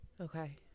Okay